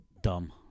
dumb